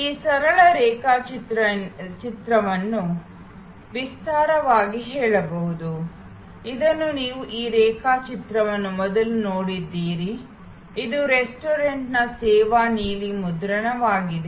ಈ ಸರಳ ರೇಖಾಚಿತ್ರವನ್ನು ವಿಸ್ತಾರವಾಗಿ ಹೇಳಬಹುದು ಇದನ್ನು ನೀವು ಈ ರೇಖಾಚಿತ್ರವನ್ನು ಮೊದಲು ನೋಡಿದ್ದೀರಿ ಇದು ರೆಸ್ಟೋರೆಂಟ್ನ ಸೇವಾ ನೀಲಿ ಮುದ್ರಣವಾಗಿದೆ